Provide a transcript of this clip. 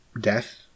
death